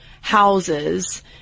houses